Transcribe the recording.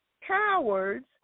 Cowards